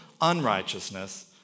unrighteousness